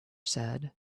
said